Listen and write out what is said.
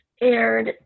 aired